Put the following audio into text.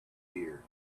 ear